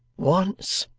once,